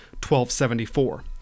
1274